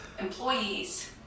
employees